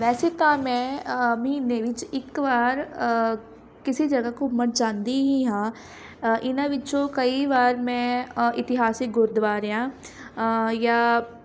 ਵੈਸੇ ਤਾਂ ਮੈਂ ਮਹੀਨੇ ਵਿੱਚ ਇੱਕ ਵਾਰ ਕਿਸੇ ਜਗ੍ਹਾ ਘੁੰਮਣ ਜਾਂਦੀ ਹੀ ਹਾਂ ਇਹਨਾਂ ਵਿੱਚੋਂ ਕਈ ਵਾਰ ਮੈਂ ਇਤਿਹਾਸਿਕ ਗੁਰਦੁਆਰਿਆਂ ਜਾਂ